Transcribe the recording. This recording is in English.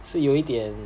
是有一点